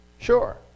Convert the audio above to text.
Sure